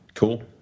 cool